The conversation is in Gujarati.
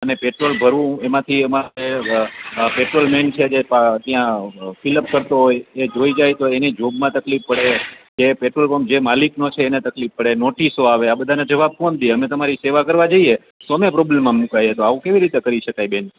અને પેટ્રોલ ભરવું એમાંથી અમારે પેટ્રોલ મેન છે જે ત્યાં ફિલઅપ કરતો હોય એ જોઈ જાય તો એની જોબમાં તકલીફ પડે કે પેટ્રોલપંપ જે માલિકનો છે એને તકલીફ પડે નોટિસો આવે આ બધાના જવાબ કોણ દે અમે તમારી સેવા કરવા જઈએ તો અમે પ્રોબ્લેમમાં મુકાઈએ તો આવું કઈ રીતે શકાય બેન